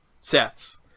sets